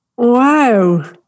Wow